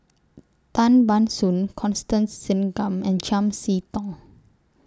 Tan Ban Soon Constance Singam and Chiam See Tong